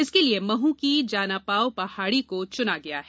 इसके लिये महू की जानापाव पहाड़ी को चुना गया है